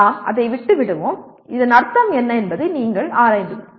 நாம் அதை விட்டுவிடுவோம் இதன் அர்த்தம் என்ன என்பதை நீங்கள் ஆராய்வீர்கள்